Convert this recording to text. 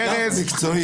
יש אגף מקצועי.